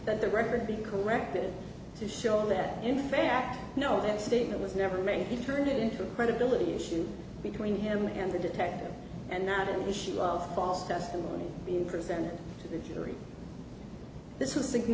that the record be corrected to show that in fact no that statement was never made he turned it into a credibility issue between him and the detective and not an issue of false testimony being presented to the jury t